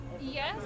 Yes